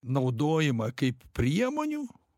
naudojimą kaip priemonių